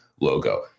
logo